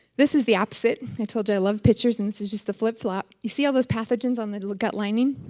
this is the opposite. i told you i love pictures and this is just the flip-flop. you see all those pathogens on the gut lining?